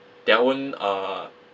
their own uh